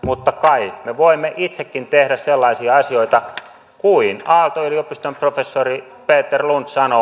mutta kai me voimme itsekin tehdä sellaisia asioita kuin aalto yliopiston professori peter lund sanoo